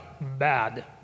bad